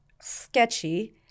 sketchy